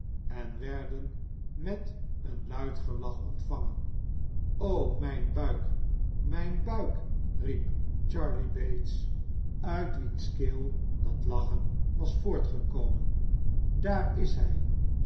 en werden met een luid gelach ontvangen o mijn buik mijn buik riep charley bates uit wiens keel dat lachen was voortgekomen daar is hij